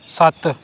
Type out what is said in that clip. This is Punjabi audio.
ਸੱਤ